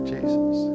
Jesus